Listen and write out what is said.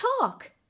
talk